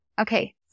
Okay